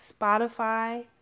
Spotify